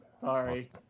sorry